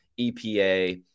EPA